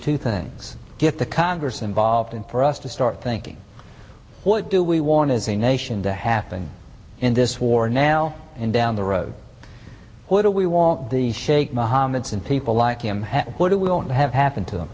two things get the congress involved and for us to start thinking what do we want as a nation to happen in this war now and down the road what do we want the shaikh mohammed's and people like him who do we want to have happen to them